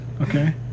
Okay